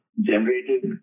generated